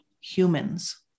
humans